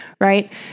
right